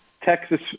Texas